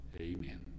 Amen